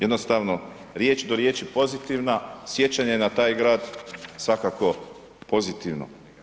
Jednostavno riječ do riječi pozitivna, sjećanje na taj grad svakako pozitivno.